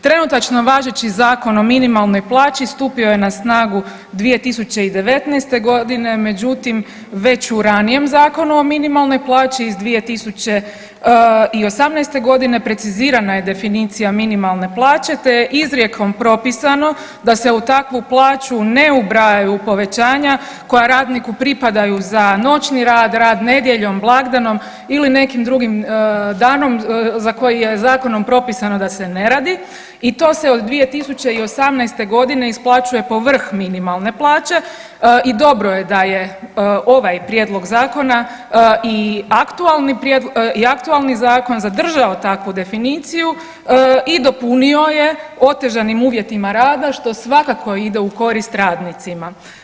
Trenutačno važeći Zakon o minimalnoj plaći stupio je na snagu 2019. međutim, već u ranijem Zakonu o minimalnoj plaći iz 2018. g. precizirana je definicija minimalne plaće te je izrijekom propisano da se u takvi plaću ne ubrajaju povećanja koja radniku pripadaju za noćni rad, rad nedjeljom, blagdanom ili nekim drugim danom za koji je zakonom propisano da se ne radi o to se od 2018. g. isplaćuje povrh minimalne plaće i dobro je da je ovaj Prijedlog zakona i aktualni zakon zadržao takvu definiciju i dopunio je otežanim uvjetima rada, što svakako ide u korist radnicima.